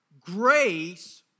grace